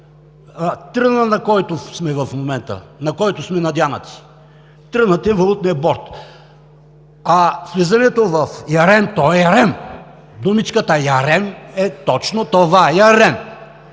Трънът, на който сме в момента, на който сме надянати, трънът е валутният борд. А влизането в ERM, е ярем! Думичката „ярем“ е точно това – ярем.